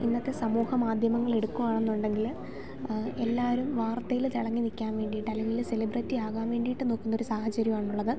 ഇന്നത്തെ സമൂഹമാദ്ധ്യമങ്ങൽ എടുക്കുവാണെന്ന് ഉണ്ടെങ്കിൽ എല്ലാവരും വാർത്തയിൽ തിളങ്ങി നിൽക്കാൻ വേണ്ടീട്ട് അല്ലെങ്കിൽ സെലിബ്രിറ്റി ആകാൻ വേണ്ടീട്ട് നോക്കുന്ന ഒരു സാഹചര്യമാണ് ഉള്ളത്